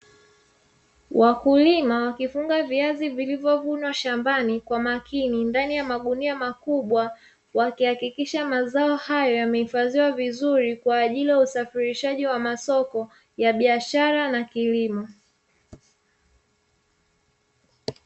Wakulima wakifunga viazi vilivyovunwa shambani kwa makini ndani ya magunia makubwa wakihakikisha mazao hayo yamehifadhiwa vizuri kwa ajili ya usafirishaji wa masoko ya biashara na kilimo.